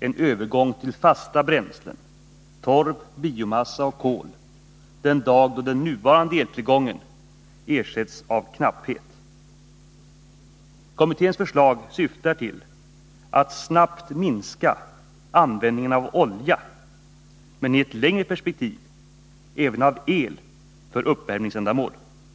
en övergång till fasta bränslen — torv, biomassa och kol — den dag då den nuvarande eltillgången ersätts av knapphet. Kommitténs förslag syftar till att snabbt minska användningen av olja men i ett längre perspektiv även av el för uppvärmningsändamål.